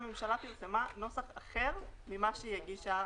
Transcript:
הממשלה פרסמה נוסח אחר ממה שהיא הגישה